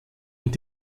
und